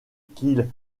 qu’il